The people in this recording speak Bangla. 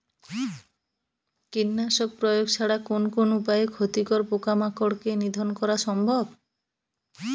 কীটনাশক প্রয়োগ ছাড়া কোন কোন উপায়ে ক্ষতিকর পোকামাকড় কে নিধন করা সম্ভব?